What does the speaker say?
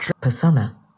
Persona